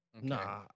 Nah